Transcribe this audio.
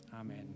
Amen